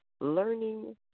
Learning